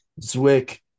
Zwick